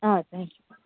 thank you